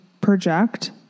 project